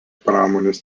pramonės